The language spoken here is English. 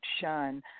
shun